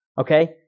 okay